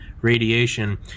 radiation